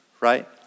right